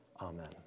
Amen